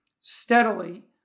steadily